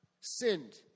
sinned